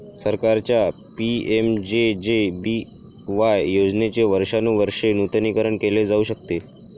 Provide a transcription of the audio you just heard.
सरकारच्या पि.एम.जे.जे.बी.वाय योजनेचे वर्षानुवर्षे नूतनीकरण केले जाऊ शकते